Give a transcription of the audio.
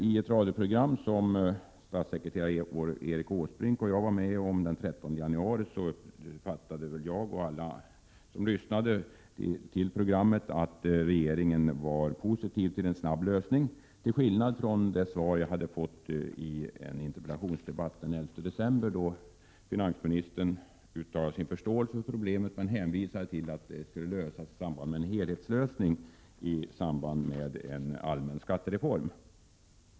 I ett radioprogram som statssekreterare Erik Åsbrink och jag var medi den 13 januari framgick det, som jag och alla som lyssnade till programmet uppfattade det, att regeringen var positiv till en snabb lösning — till skillnad från vad som framgick av det svar jag hade fått i en interpellationsdebatt den 11 december, då finansministern uttalade sin förståelse för problemet men hänvisade till att det skulle lösas genom en helhetslösning i samband med en allmän skattereform.